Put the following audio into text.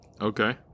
Okay